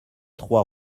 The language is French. trois